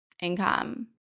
income